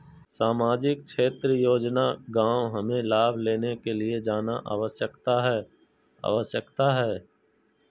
सामाजिक क्षेत्र योजना गांव हमें लाभ लेने के लिए जाना आवश्यकता है आवश्यकता है?